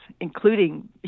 including